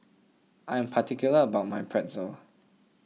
I am particular about my Pretzel